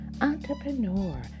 entrepreneur